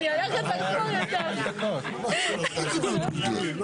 וזה גם במיוחד אחרי שאני אזכיר לך לגבי הוועדות גם שהלכתי גם לקראתך.